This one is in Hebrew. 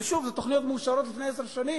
ושוב, אלה תוכניות מאושרות מלפני עשר שנים,